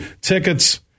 tickets